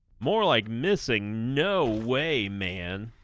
more like missing no way man